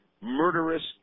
murderous